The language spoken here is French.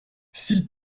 s’ils